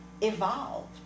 evolved